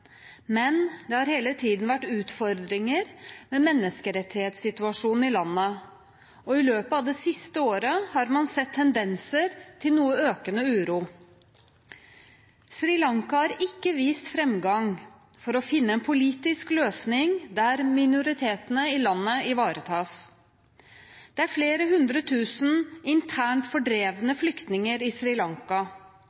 men det har hele tiden vært utfordringer med menneskerettighetssituasjonen i landet, og i løpet av det siste året har man sett tendenser til noe økende uro. Sri Lanka har ikke vist framgang for å finne en politisk løsning der minoritetene i landet ivaretas. Det er flere hundre tusen internt fordrevne